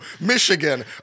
Michigan